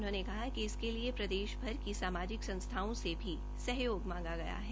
उन्होंने कहा कि इसके लिए प्रदेश भर की सामाजिक संस्थाओं से भी सहयोग मांगा गया है